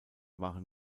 waren